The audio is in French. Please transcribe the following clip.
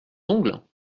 ongles